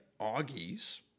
Augies